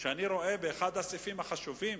וראיתי את אחד הסעיפים החשובים.